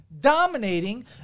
dominating